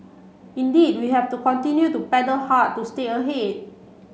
indeed we have to continue to paddle hard to stay ahead